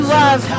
love